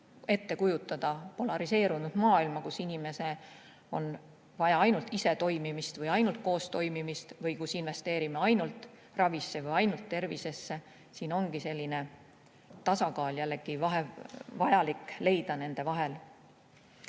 ette kujutada polariseerunud maailma, kus inimesel on vaja ainult isetoimimist või ainult koostoimimist või kus investeerime ainult ravisse või ainult tervisesse. Siin ongi jällegi vajalik leida nende vahel